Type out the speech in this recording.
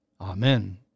Amen